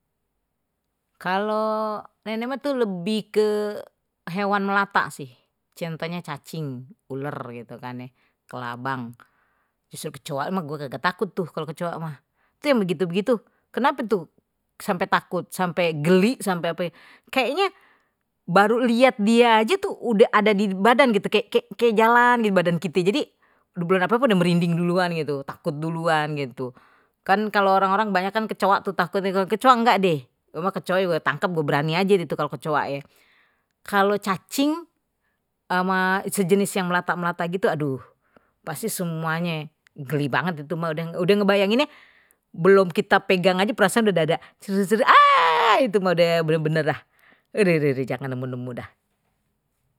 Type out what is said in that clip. Kalau nenek mah tuh, lebih ke hewan melata sih contohnye, cacing, kelabang itu sampai takut sampai geli sampai kayaknya baru lihat dia aja tuh udah ada di badan gitu kayak kayak jalan di badan kita, jadi belon ape ape yang merinding duluan gitu takut duluan gitu, kan kalau orang-orang kebanyakan kecoa tuh takut kecoa enggak deh, gua mah kecoa juga cakep gua berani aja gitu kalau kecoa ya kalau cacing ama sejenis yang melata gitu aduh udah ngebayanginnye, belon kita pegang aje perasaan udah ada itu mah udah bener bener dah, jangan nemu nemu dah.